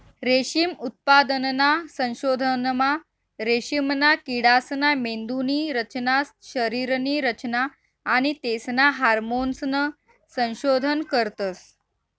रेशीम उत्पादनना संशोधनमा रेशीमना किडासना मेंदुनी रचना, शरीरनी रचना आणि तेसना हार्मोन्सनं संशोधन करतस